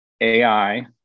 AI